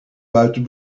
buiten